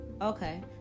okay